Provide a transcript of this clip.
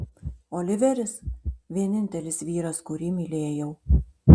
oliveris vienintelis vyras kurį mylėjau